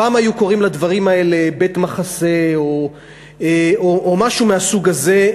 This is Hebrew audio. פעם היו קוראים לדברים האלה בית-מחסה או משהו מהסוג הזה,